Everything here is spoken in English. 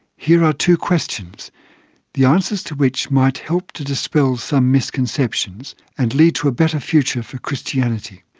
here are two questions the answers to which might help to dispel some misconceptions and lead to a better future for christianity.